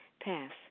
Pass